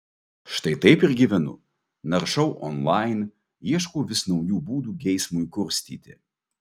štai taip ir gyvenu naršau online ieškau vis naujų būdų geismui kurstyti